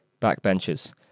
backbenchers